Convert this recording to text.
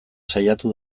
saiatu